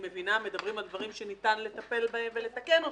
והם מדברים על דברים שניתן לטפל ולתקן אותם.